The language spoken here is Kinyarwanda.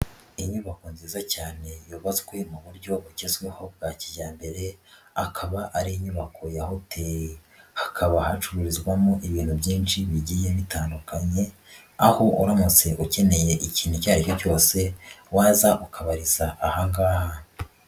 Inyubako nziza cyane yubatswe mu buryo bugezweho bwa kijyambere, akaba ari inyubako ya hoteli, hakaba hacururizwamo ibintu byinshi bigiye bitandukanye, aho uramutse ukeneye ikintu icyo ari cyo cyose waza ukabariza ahangaha.